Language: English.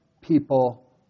people